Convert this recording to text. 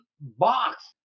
box